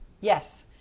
Yes